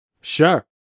Sure